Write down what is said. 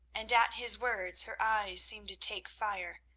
and at his words her eyes seemed to take fire,